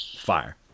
Fire